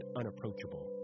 unapproachable